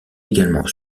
également